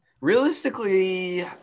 Realistically